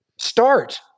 Start